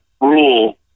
rule